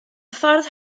ffordd